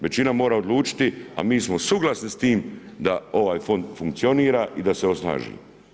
Većina mora odlučiti a mi smo suglasni s tim da ovaj fond funkcionira i da se osnaži.